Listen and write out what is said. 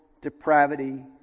depravity